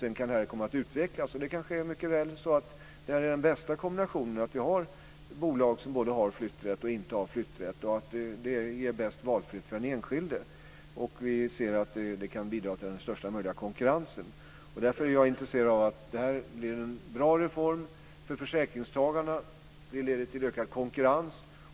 Sedan kan det här komma att utvecklas. Det kan mycket väl vara så att den bästa kombinationen är att ha både bolag med och bolag utan flytträtt, liksom att det ger bästa valfriheten för den enskilde och att vi ser att det kan bidra till största möjliga konkurrens. Därför är jag intresserad av att det blir en bra reform för försäkringstagarna. Det leder till ökad konkurrens.